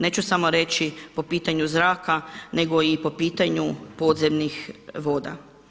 Neću samo reći po pitanju zraka nego i po pitanju podzemnih voda.